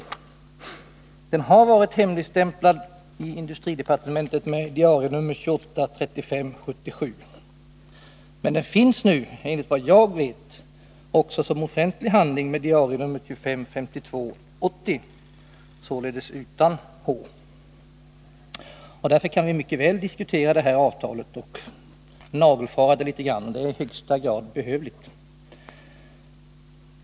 Handlingen har varit hemligstämplad i industridepartementet med d:nr 2835 80, således utan H. V Därför kan vi mycket väl diskutera avtalet och nagelfara det; det är i högsta ; å grad behövligt.